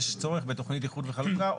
צורך בתכנית איחוד וחלוקה.